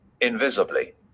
invisibly